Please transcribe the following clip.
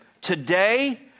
today